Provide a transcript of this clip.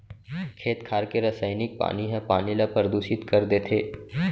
खेत खार के रसइनिक पानी ह पानी ल परदूसित कर देथे